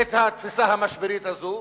את התפיסה המשברית הזו.